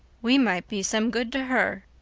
we might be some good to her,